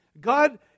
god